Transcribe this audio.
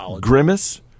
Grimace